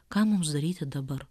ką mums daryti dabar